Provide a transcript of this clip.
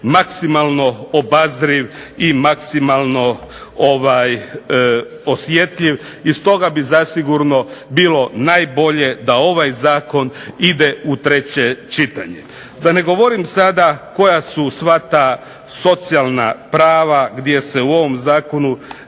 maksimalno obazriv i maksimalno osjetljiv. I stoga bi zasigurno bilo najbolje da ovaj zakon ide u treće čitanje. Da ne govorim sada koja su sva ta socijalna prava gdje se u ovom zakonu